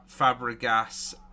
Fabregas